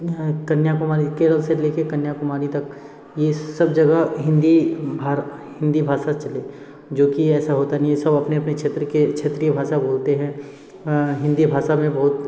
यहाँ कन्याकुमारी केरल से लेकर कन्याकुमारी तक यह सब जगह हिंदी भार हिंदी भाषा चले जो कि ऐसा होता नहीं है सब अपने अपने क्षेत्र के क्षेत्रीय भाषा बोलते हैं हिंदी भाषा में बहुत